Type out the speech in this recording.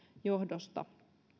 johdosta